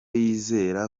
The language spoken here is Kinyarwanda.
yizera